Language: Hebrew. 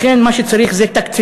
לכן מה שצריך זה תקציבים.